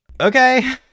okay